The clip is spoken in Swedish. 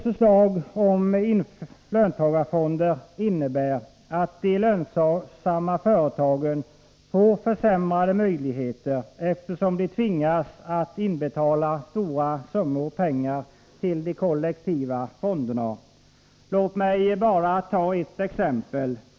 får försämrade möjligheter, eftersom de tvingas att inbetala stora summor pengar till de kollektiva fonderna. Låt mig bara ta ett exempel.